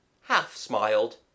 half-smiled